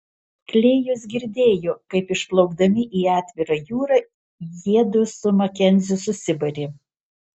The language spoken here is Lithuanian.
klėjus girdėjo kaip išplaukdami į atvirą jūrą jiedu su makenziu susibarė